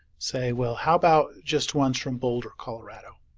say well how about just one from boulder, colorado.